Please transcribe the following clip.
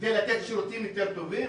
כדי לתת שירותים יותר טובים?